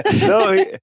No